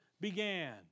began